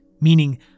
Meaning